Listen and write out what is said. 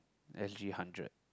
S_G hundred